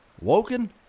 Woken